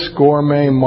gourmet